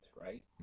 right